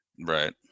right